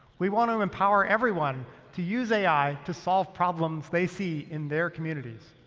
we want to empower everyone to use ai to solve problems they see in their communities.